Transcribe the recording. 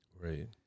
right